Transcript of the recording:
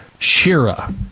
Shira